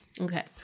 Okay